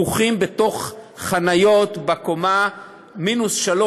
כוכים בתוך חניות בקומה מינוס 3,